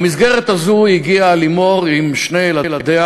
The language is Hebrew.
במסגרת הזאת הגיעה לימור עם שני ילדיה